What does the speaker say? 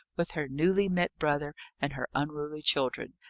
with her newly-met brother and her unruly children,